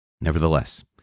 Nevertheless